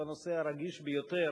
בנושא הרגיש ביותר,